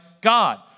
God